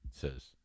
says